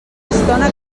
estona